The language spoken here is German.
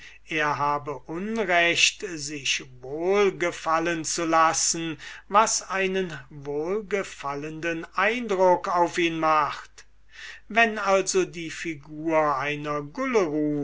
er habe unrecht sich wohlgefallen zu lassen was einen gefallenden eindruck auf ihn macht wenn also die figur einer